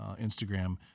Instagram